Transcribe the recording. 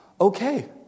Okay